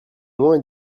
loin